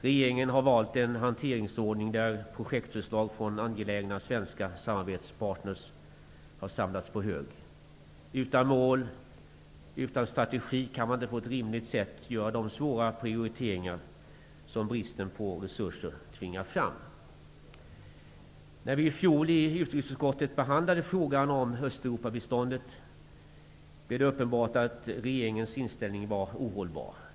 Regeringen har valt en hanteringsordning, där projektförslag från angelägna svenska samarbetspartner har samlats på hög. Utan mål och utan strategi kan man inte på ett rimligt sätt göra de svåra prioriteringar som bristen på resurser tvingar fram. När vi i fjol i utrikesutskottet behandlade frågan om Östeuropabiståndet blev det uppenbart att regeringens inställning var ohållbar.